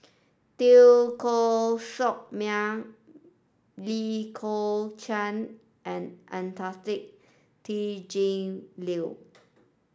Teo Koh Sock Miang Lee Kong Chian and Anastasia T J Liew